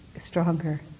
stronger